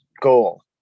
goal